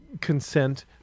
consent